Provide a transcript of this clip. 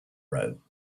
row